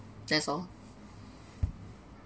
that's all